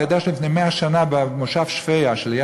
אתה יודע שלפני 100 שנה במושב שפיה שליד